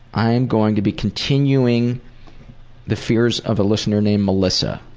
i'm going to be continuing the fears of a listener named melissa.